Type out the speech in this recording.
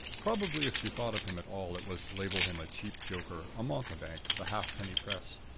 probably if she thought of him at all it was to label him a cheap joker, a mountebank of the halfpenny press.